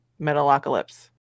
Metalocalypse